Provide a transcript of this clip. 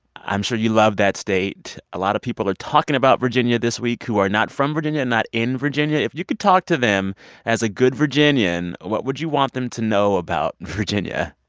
i'm sure you love that state. a lot of people are talking about virginia this week who are not from virginia and not in virginia. if you could talk to them as a good virginian, what would you want them to know about virginia?